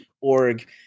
org